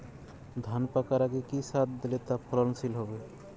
ধান পাকার আগে কি সার দিলে তা ফলনশীল হবে?